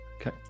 Okay